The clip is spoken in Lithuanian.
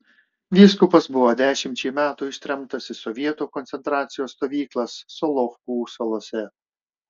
vyskupas buvo dešimčiai metų ištremtas į sovietų koncentracijos stovyklas solovkų salose